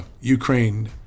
Ukraine